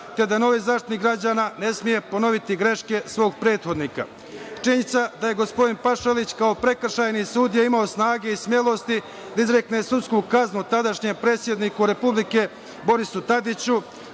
te da novi Zaštitnik građana ne sme ponoviti svoje greške svog prethodnika. Činjenica da je gospodin Pašalić kao prekršajni sudija imao snage i smelosti da izrekne sudsku kaznu tadašnjem predsedniku Republike Borisu Tadiću,